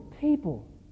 people